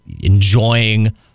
enjoying